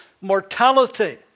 mortality